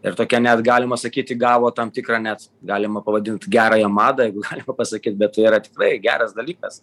ir tokią net galima sakyti įgavo tam tikrą net galima pavadint gerąją madą jeigu galim pasakyt bet tai yra tikrai geras dalykas